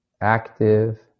active